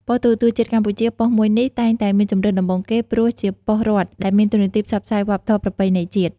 ប៉ុស្តិ៍ទូរទស្សន៍ជាតិកម្ពុជា ប៉ុស្តិ៍មួយនេះតែងតែជាជម្រើសដំបូងគេ ព្រោះ ជាប៉ុស្តិ៍រដ្ឋដែលមានតួនាទីផ្សព្វផ្សាយវប្បធម៌ប្រពៃណីជាតិ។